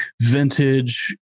vintage